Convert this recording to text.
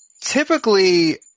Typically